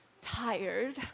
tired